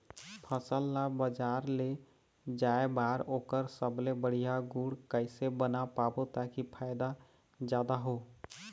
फसल ला बजार ले जाए बार ओकर सबले बढ़िया गुण कैसे बना पाबो ताकि फायदा जादा हो?